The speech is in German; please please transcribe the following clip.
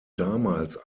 damals